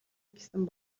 гэсэн